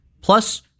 Plus